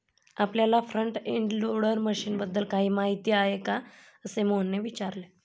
आपल्याला front end loader मशीनबद्दल काही माहिती आहे का, असे मोहनने विचारले?